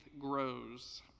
grows